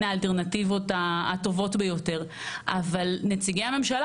האלטרנטיבות הטובות ביותר אבל כדאי שנציגי הממשלה